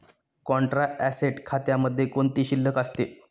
Contra asset खात्यामध्ये कोणती शिल्लक असते?